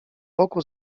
boku